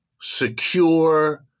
secure